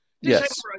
Yes